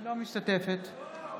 אינה משתתפת בהצבעה